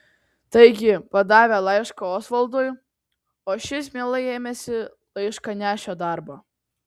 taigi padavė laišką osvaldui o šis mielai ėmėsi laiškanešio darbo